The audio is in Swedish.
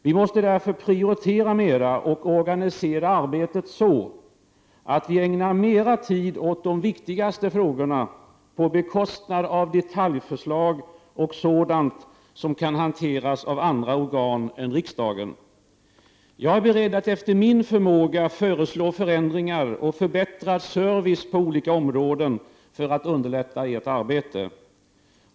Vi måste därför prioritera mera och organisera arbetet så att vi ägnar mera tid åt de viktigaste frågorna på bekostnad av detaljförslag och sådant som kan hanteras av andra organ än riksdagen. Jag är beredd att efter min förmåga föreslå förändringar och förbättrad service på olika områden för att underlätta ert arbete.